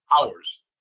hours